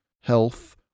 health